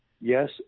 yes